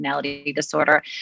disorder